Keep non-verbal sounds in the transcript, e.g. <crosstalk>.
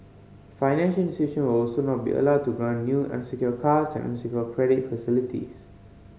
financial <unintelligible> will also not be allowed to grant new unsecured cards and unsecured credit facilities